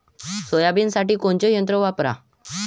सोयाबीनसाठी कोनचं यंत्र वापरा?